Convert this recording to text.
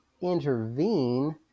intervene